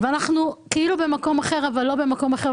אנחנו היום כאילו במקום אחר אבל לא באמת במקום אחר,